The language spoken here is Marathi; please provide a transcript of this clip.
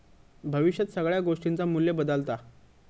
भविष्यात सगळ्या गोष्टींचा मू्ल्य बदालता